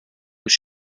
was